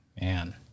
Man